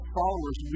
followers